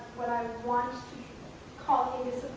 what i want to call